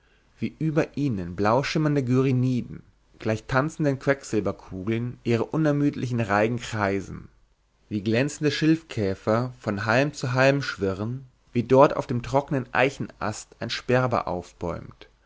wie über ihnen blauschimmernde gyriniden gleich tanzenden quecksilberkugeln ihre unermüdlichen reigen kreisen wie glänzende schilfkäfer von halm zu halm schwirren wie dort auf dem trockenen eichenast ein sperber aufbäumt